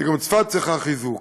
וגם צפת צריכה חיזוק.